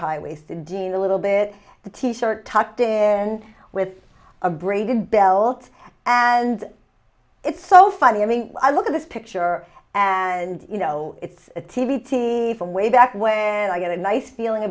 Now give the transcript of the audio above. high waisted dean a little bit the t shirt tucked in with a braided belt and it's so funny i mean i look at this picture and you know it's a t t from way back when i get a nice feeling